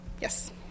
Yes